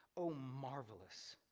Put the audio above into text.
oh marvelous.